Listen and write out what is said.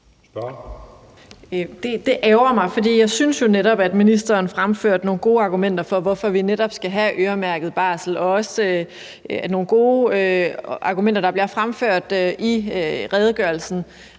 Det ærgrer mig, for jeg synes jo netop, at ministeren fremførte nogle gode argumenter for, hvorfor vi netop skal have øremærket barsel, og der bliver også fremført nogle gode argumenter i redegørelsen,